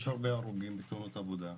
יש הרבה הרוגים מתאונות עבודה,